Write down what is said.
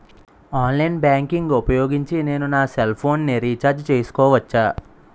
Online banking ఊపోయోగించి నేను నా సెల్ ఫోను ని రీఛార్జ్ చేసుకోవచ్చా?